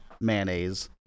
mayonnaise